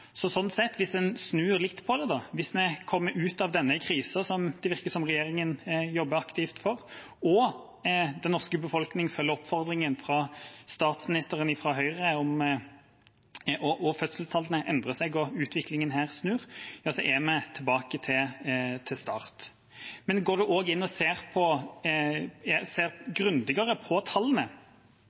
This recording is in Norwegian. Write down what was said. Hvis en snur litt på det – hvis vi kommer ut av denne krisen, som det virker som regjeringa jobber aktivt for, og den norske befolkningen følger oppfordringen fra statsministeren fra Høyre, fødselstallene endrer seg og utviklingen snur, er vi sånn sett tilbake til start. Men går vi inn og ser grundigere på tallene, ser